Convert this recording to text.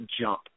jump